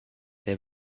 they